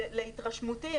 להתרשמותי,